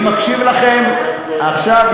אני מקשיב לכם עכשיו,